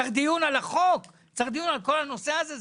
צריך דיון על החוק, צריך דיון על כל הנושא הזה.